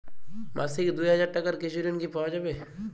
মাসিক দুই হাজার টাকার কিছু ঋণ কি পাওয়া যাবে?